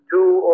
two